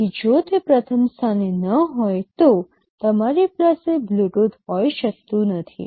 તેથી જો તે પ્રથમ સ્થાને ન હોય તો તમારી પાસે બ્લૂટૂથ હોઈ શકતું નથી